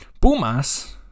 Pumas